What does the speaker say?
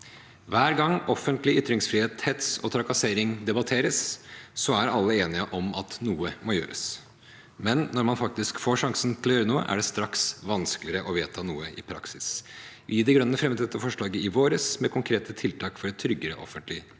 Hver gang offentlig ytringsfrihet, hets og trakassering debatteres, er alle enige om at noe må gjøres. Men når man faktisk får sjansen til å gjøre noe, er det straks vanskeligere å vedta noe i praksis. Vi i De Grønne fremmet dette forslaget i vår, med konkrete tiltak for et tryggere offentlig ytringsrom.